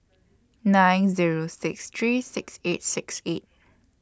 nine Zero six three six eight six eight